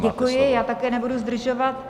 Děkuji, já také nebudu zdržovat.